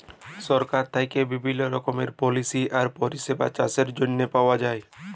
সরকারের থ্যাইকে বিভিল্ল্য রকমের পলিসি আর পরিষেবা চাষের জ্যনহে পাউয়া যায়